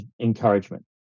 encouragement